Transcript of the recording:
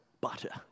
butter